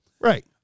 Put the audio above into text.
Right